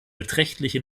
beträchtliche